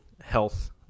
health